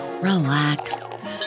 relax